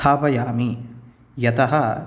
यतः